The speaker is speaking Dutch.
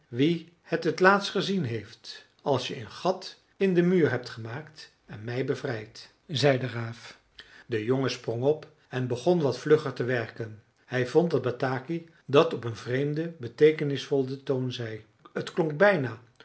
wie het t laatste gezien heeft als je een gat in den muur hebt gemaakt en mij bevrijdt zeide de raaf de jongen sprong op en begon wat vlugger te werken hij vond dat bataki dat op een vreemden beteekenisvollen toon zei t klonk bijna